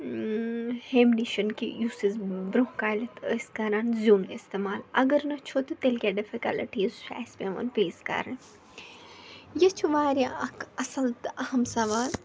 ہیٚمۍ نِش کہِ یُس أسۍ برٛۄنٛہہ کالٮ۪تھ ٲسۍ کَران زیُن اِستعمال اَگر نَہ چھُ تہٕ تیٚلہِ کیٛاہ ڈِفِکَلَٹیٖز چھِ اَسہِ پٮ۪وان فیس کَرٕنۍ یہِ چھُ واریاہ اَکھ اَصٕل تہٕ اَہَم سوال